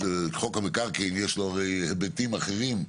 לחוק המקרקעין יש היבטים אחרים,